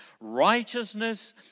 Righteousness